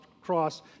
cross